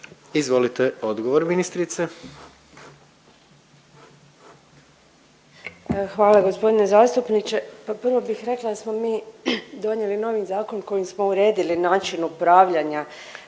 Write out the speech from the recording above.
Koržinek, Nina (HDZ)** Hvala gospodine zastupniče, pa prvo bih rekla da smo mi donijeli novi zakon kojim smo uredili način upravljanja